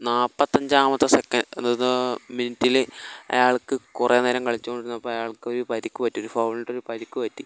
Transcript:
നാൽപ്പത്തി അഞ്ചാമത്തെ സെക്കൻ്റ് മിനുട്ടിൽ അയാൾക്ക് കുറെ നേരം കളിച്ചു കൊണ്ടിരുന്നപ്പോൾ അയാൾക്ക് ഒരു പരിക്ക് പറ്റി ഒരു പരിക്ക് പറ്റി